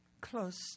close